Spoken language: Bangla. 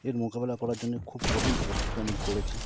এর মোকাবেলা করার জন্যে খুব কঠিন প্রস্তুত আমি করেছি